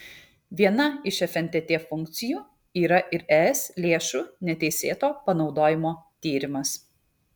viena iš fntt funkcijų yra ir es lėšų neteisėto panaudojimo tyrimas